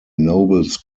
nobles